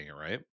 right